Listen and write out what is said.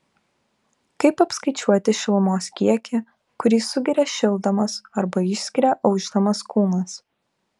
kaip apskaičiuoti šilumos kiekį kurį sugeria šildamas arba išskiria aušdamas kūnas